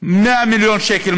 100 מיליון שקל,